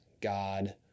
God